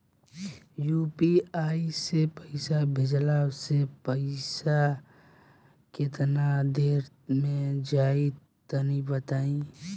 UPI से पईसा भेजलाऽ से पईसा केतना देर मे जाई तनि बताई?